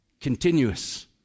continuous